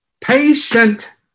Patient